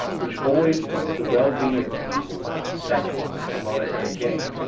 which always put's the well-being of people second to monetary gain.